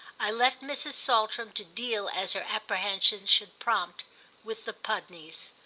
i left mrs. saltram to deal as her apprehensions should prompt with the pudneys.